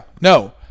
no